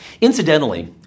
Incidentally